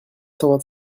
deux